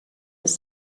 with